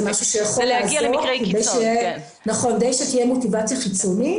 זה משהו שיכול לעזור כדי שתהיה מוטיבציה חיצונית